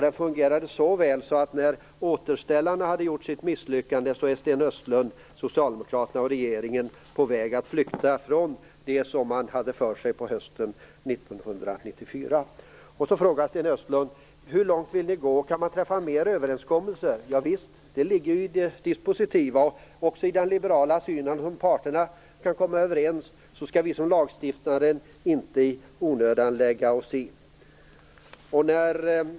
Det fungerade så väl att när återställarna har gjort sitt misslyckande är Sten Östlund, Socialdemokraterna och regeringen på väg att flykta från det man hade för sig på hösten 1994. Så frågar Sten Östlund: Hur långt vill ni gå? Kan man träffa fler överenskommelser? Javisst, det ligger ju i det dispositiva och även i den liberala synen. Om parterna kan komma överens skall vi som lagstiftare inte i onödan lägga oss i.